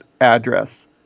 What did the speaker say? address